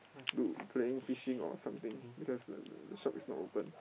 to playing fishing or something because the shop is not open